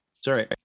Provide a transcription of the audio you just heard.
Sorry